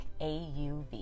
AUV